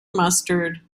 mustard